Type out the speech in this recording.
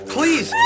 Please